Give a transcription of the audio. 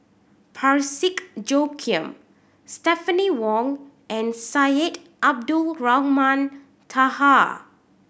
Parsick Joaquim Stephanie Wong and Syed Abdulrahman Taha